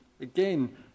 again